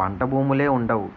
పంటభూములే వుండవు